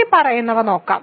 ഇനിപ്പറയുന്നവ നോക്കാം